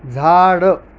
झाड